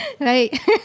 Right